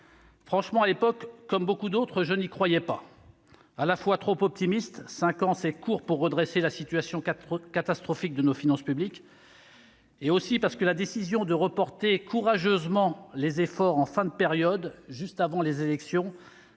Franchement, à l'époque, comme beaucoup d'autres, je n'y croyais pas. Parce que l'échéance était trop optimiste : cinq ans, c'est court pour redresser la situation catastrophique de nos finances publiques. Également parce que la décision de reporter « courageusement » les efforts en fin de période, juste avant les élections,